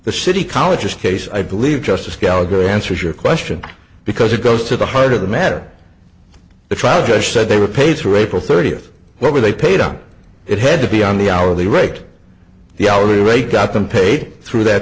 the city colleges case i believe justice gallagher answers your question because it goes to the heart of the matter the trial judge said they were paid for april thirtieth what were they paid out it had to be on the hourly rate the hour a rate got them paid through that